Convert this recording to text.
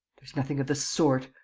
there's nothing of the sort,